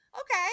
okay